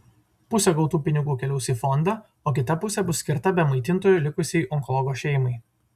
pusė gautų pinigų keliaus į fondą o kita pusė bus skirta be maitintojo likusiai onkologo šeimai